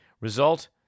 Result